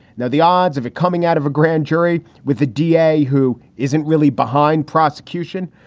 now, the odds of it coming out of a grand jury with the d a. who isn't really behind prosecution,